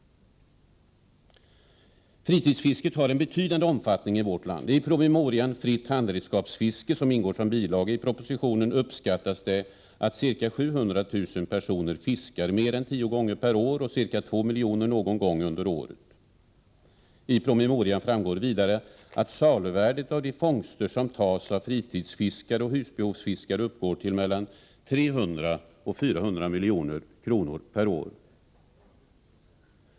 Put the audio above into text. Fritidsfisket har en betydande omfattning i vårt land. I promemorian Fritt handredskapsfiske, som ingår som bilaga i propositionen, uppskattas det att ca 700 000 personer fiskar mer än tio gånger per år och ca 2 miljoner personer någon gång under året. Av promemorian framgår vidare att saluvärdet av de fångster som tas av fritidsfiskare och husbehovsfiskare uppgår till mellan 300 och 400 milj.kr. per år.